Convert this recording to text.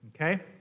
Okay